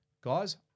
guys